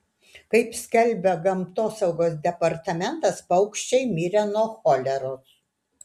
kaip skelbia gamtosaugos departamentas paukščiai mirė nuo choleros